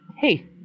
hey